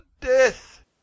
death